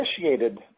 initiated